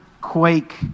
quake